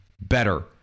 better